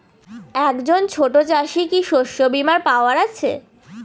একজন ছোট চাষি কি শস্যবিমার পাওয়ার আছে?